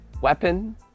weapon